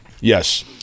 Yes